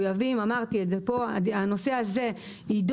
אמרתי פה שאנחנו מחויבים והנושא הזה יידון